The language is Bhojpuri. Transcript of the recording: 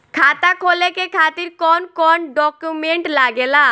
खाता खोले के खातिर कौन कौन डॉक्यूमेंट लागेला?